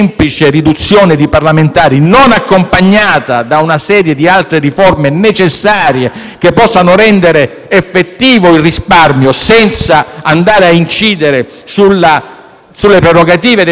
Grazie a questa misura, il Parlamento rimane rinnovabile e non avremo più il problema di un sistema istituzionale paralizzato in attesa di una nuova modifica elettorale, nel caso di scioglimento delle Camere.